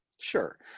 Sure